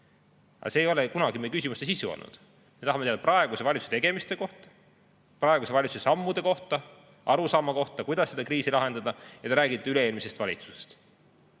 see ei ole kunagi meie küsimuste sisu olnud. Me tahame teada praeguse valitsuse tegemiste kohta, praeguse valitsuse sammude kohta, arusaama kohta, kuidas seda kriisi lahendada, aga te räägite üle-eelmisest valitsusest.